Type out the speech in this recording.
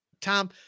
Tom